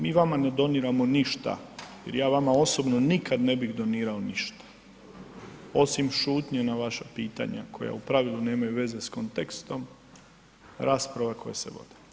Mi vama ne doniramo ništa jer ja vama osobno nikad ne bih donirao ništa, osim šutnje na vaša pitanja koja u pravilu nemaju veze s kontekstom rasprava koje se vode.